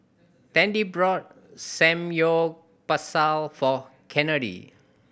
Tandy bought Samgyeopsal for Kennedy